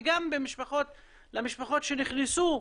וגם למשפחות שנכנסו